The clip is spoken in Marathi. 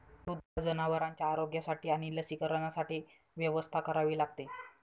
दुधाळ जनावरांच्या आरोग्यासाठी आणि लसीकरणासाठी व्यवस्था करावी लागते